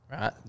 right